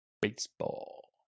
Baseball